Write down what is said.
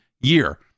year